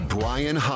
Brian